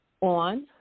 on